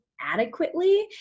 adequately